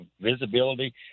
visibility